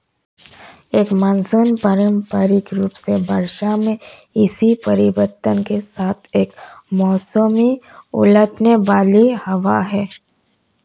एक मानसून पारंपरिक रूप से वर्षा में इसी परिवर्तन के साथ एक मौसमी उलटने वाली हवा है